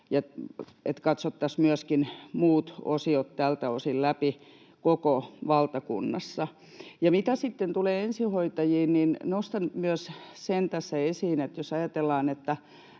katsottaisiin myöskin muut osiot tältä osin läpi koko valtakunnassa. Ja mitä sitten tulee ensihoitajiin, niin nostan myös sen tässä esiin, että jos ajatellaan,